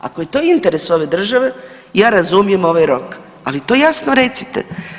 Ako je to interes ove države, ja razumijem ovaj rok, ali to jasno recite.